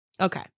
Okay